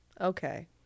Okay